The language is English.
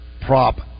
prop